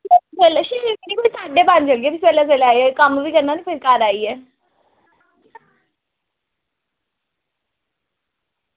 साढे पंज बजे आई जायो कोई कम्म बी करना ना सबेल्ला आइयै